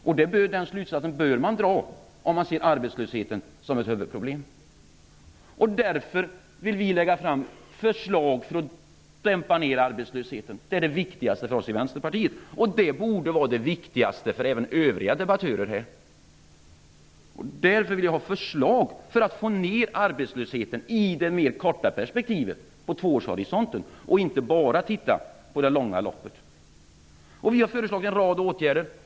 Den slutsatsen bör man dra om man ser arbetslösheten som ett huvudproblem. Vi vill lägga fram förslag för att dämpa arbetslösheten. Det är det viktigaste för oss i Vänsterpartiet. Det borde även vara det viktigaste för övriga debattörer här i kammaren. Därför vill jag ha förslag för att få ned arbetslösheten i det kortare perspektivet - en tvåårshorisont - och inte bara när det gäller det långa loppet. Vi har föreslagit en rad åtgärder.